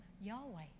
yahweh